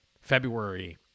February